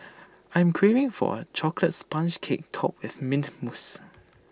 I'm craving for A Chocolate Sponge Cake Topped with Mint Mousse